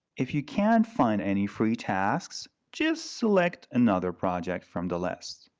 if you can't find any free tasks, just select another project from the list.